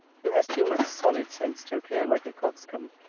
who has too much solid sense to appear like a coxcomb,